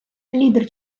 лідер